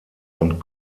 und